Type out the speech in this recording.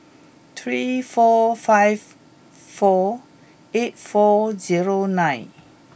three four five four eight four zero nine